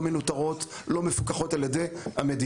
לא מנוטרות ולא מפוקחות על ידי המדינה,